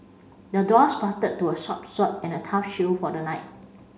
the dwarf crafted to a sharp sword and a tough shield for the knight